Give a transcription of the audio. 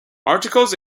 articles